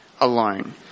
alone